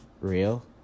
real